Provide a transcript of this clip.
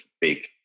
big